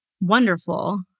wonderful